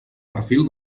perfil